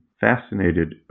fascinated